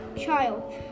child